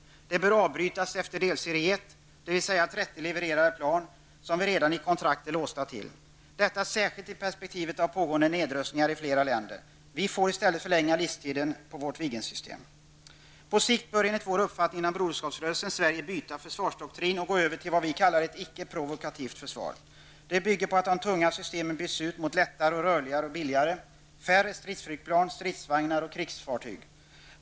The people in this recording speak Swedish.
Det bör avbrytas efter delserie 1, dvs. 30 levererade plan, som vi redan i kontrakt är låsta till, detta särskilt i perspektivet av pågående nedrustningar i flera länder. Vi får i stället förlänga livstiden på vårt På sikt bör, enligt broderskapsrörelsens uppfattning, Sverige byta försvarsdoktrin och gå över till vad vi kallar ett icke-provokativt förslag. Det bygger på att de tunga systemen byts ut mot lättare, rörligare och billigare, och det bygger på färre stridsflygplan, stridsvagnar och krigsfartyg.